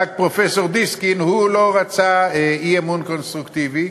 רק פרופסור דיסקין לא רצה אי-אמון קונסטרוקטיבי,